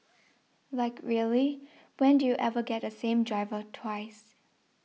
like really when do you ever get the same driver twice